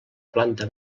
planta